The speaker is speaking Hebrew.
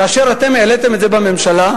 כאשר אתם העליתם את זה בממשלה,